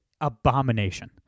abomination